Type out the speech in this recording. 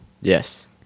Yes